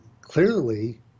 clearly